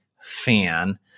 fan